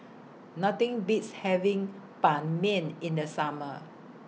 Nothing Beats having Ban Mian in The Summer